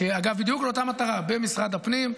אגב, בדיוק לאותה מטרה, במשרד הפנים.